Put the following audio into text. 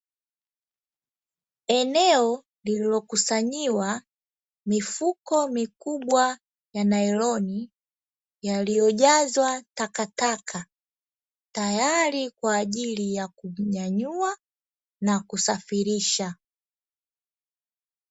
Eneo lililokusanyiwa mifuko mikubwa ya nailoni yaliyojazwa takataka, tayari kwa ajili ya kunyanyua na kusafirisha.